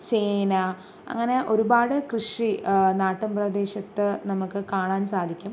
ചേന അങ്ങനെ ഒരുപാട് കൃഷി നാട്ടിൻ പ്രദേശത്ത് നമുക്ക് കാണാൻ സാധിക്കും